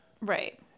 Right